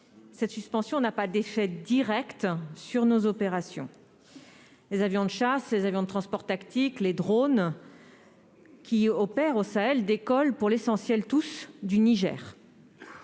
cette suspension n'a pas d'effets directs sur nos opérations. Les avions de chasse, les avions de transport tactique, les drones qui opèrent au Sahel décollent tous, pour l'essentiel, du Niger.